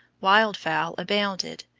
wildfowl abounded,